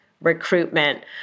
recruitment